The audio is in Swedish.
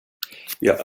jag